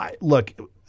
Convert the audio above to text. Look